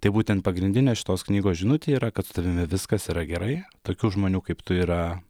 tai būtent pagrindinė šitos knygos žinutė yra kad su tavimi viskas yra gerai tokių žmonių kaip tu yra